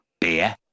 Beer